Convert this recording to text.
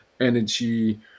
energy